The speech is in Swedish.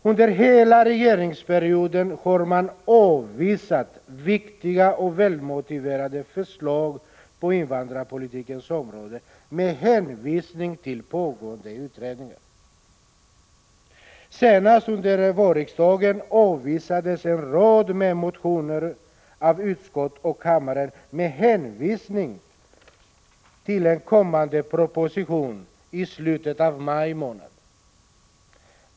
Under hela regeringsperioden har man avvisat viktiga och välmotiverade förslag på invandrarpolitikens område med hänvisning till pågående utredningar. Senast under vårriksdagen avvisades en rad motioner av utskott och kammare med hänvisning till en kommande proposition i slutet av maj månad.